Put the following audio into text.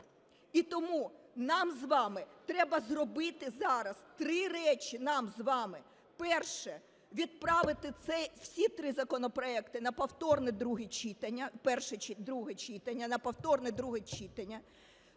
І тому нам з вами треба зробити зараз три речі, нам з вами. Перше – відправити всі три законопроекти на повторне друге читання.